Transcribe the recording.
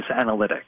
analytics